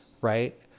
right